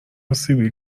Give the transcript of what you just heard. سیبیل